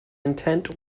intent